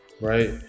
right